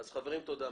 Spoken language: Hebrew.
חברים, תודה.